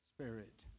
Spirit